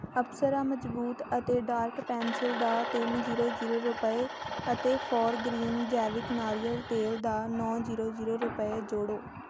ਅਪਸਰਾ ਮਜ਼ਬੂਤ ਅਤੇ dark pencil ਦਾ ਤਿੰਨ ਜੀਰੋ ਜੀਰੋ ਰੁਪਏ ਅਤੇ ਫੋਰਗ੍ਰੀਨ ਜੈਵਿਕ ਨਾਰੀਅਲ ਤੇਲ ਦਾ ਨੌਂ ਜੀਰੋ ਜੀਰੋ ਰੁਪਏ ਜੋੜੋ